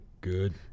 Good